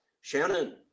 Shannon